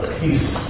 peace